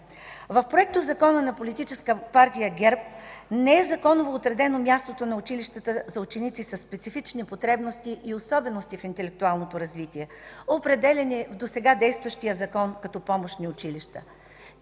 В Законопроекта на Политическа партия ГЕРБ не е законово отредено мястото на училищата за ученици със специфични потребности и особености в интелектуалното развитие, определяни в досега действащия закон като помощни училища.